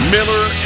Miller